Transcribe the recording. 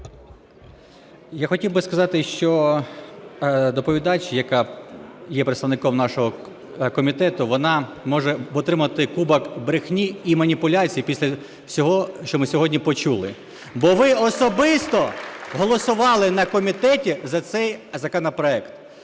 Я хотів би сказати, що доповідач, яка є представником нашого комітету, вона може отримати "кубок брехні і маніпуляцій" після всього, що ми сьогодні почули, бо ви особисто голосували на комітеті за цей законопроект.